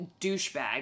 douchebag